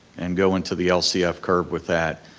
and go into the lcf curve with that,